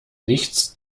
nichts